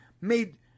made